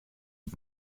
het